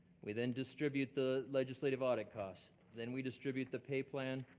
we then distribute the legislative audit cost. then we distribute the pay plan,